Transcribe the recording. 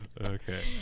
Okay